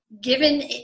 given